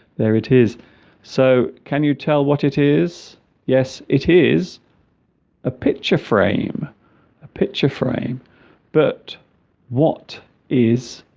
there it is so can you tell what it is yes it is a picture frame a picture frame but what is